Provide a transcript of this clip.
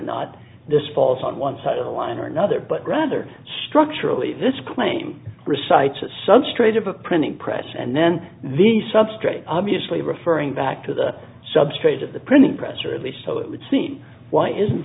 not this falls on one side of a line or another but rather structurally this claim recites substrate of a printing press and then the substrate obviously referring back to the substrate of the printing press or at least so it would seem why is